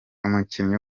umukinnyi